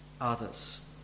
others